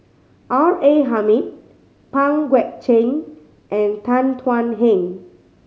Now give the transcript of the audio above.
R A Hamid Pang Guek Cheng and Tan Thuan Heng